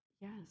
Yes